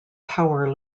power